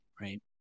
right